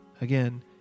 Again